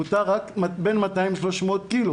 מותר רק בין 200 ל-300 שקילו.